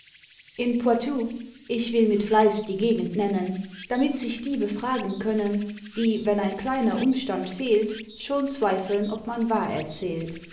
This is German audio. in poitou ich will mit fleiß die gegend nennen damit sich die befragen können die wenn ein kleiner umstand fehlt schon zweifeln ob man wahr erzählt